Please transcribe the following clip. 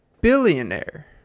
billionaire